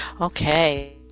Okay